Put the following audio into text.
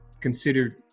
considered